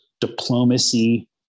diplomacy